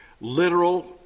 literal